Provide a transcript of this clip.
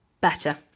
better